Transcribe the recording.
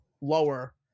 lower